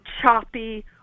choppy